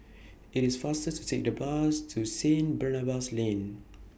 IT IS faster to Take The Bus to Stanit Barnabas Lane